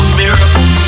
miracle